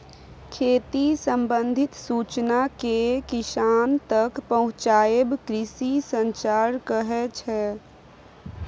खेती संबंधित सुचना केँ किसान तक पहुँचाएब कृषि संचार कहै छै